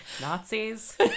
Nazis